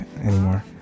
anymore